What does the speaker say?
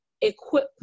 equip